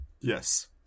Yes